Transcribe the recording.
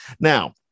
Now